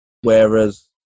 whereas